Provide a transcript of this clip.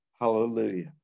Hallelujah